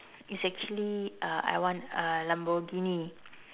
is actually uh I want uh Lamborghini